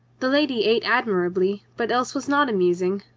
the lady ate admirably, but else was not amusing,